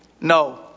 no